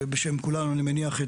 בשם כולם אני מניח,